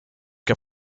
que